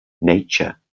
nature